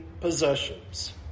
possessions